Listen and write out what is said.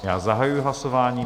Já zahajuji hlasování.